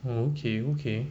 okay okay